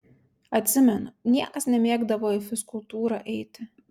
atsimenu niekas nemėgdavo į fizkultūrą eiti